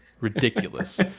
Ridiculous